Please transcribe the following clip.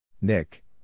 Nick